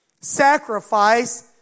Sacrifice